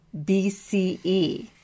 BCE